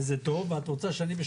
חיוני לעובדים,